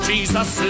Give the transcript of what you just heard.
Jesus